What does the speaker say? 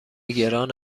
گران